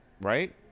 right